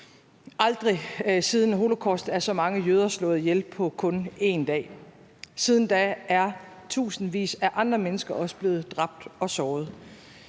Aldrig siden holocaust er så mange jøder slået ihjel på kun én dag. Siden da er tusindvis af andre mennesker også blevet dræbt og såret.